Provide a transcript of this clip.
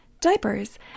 diapers